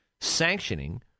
sanctioning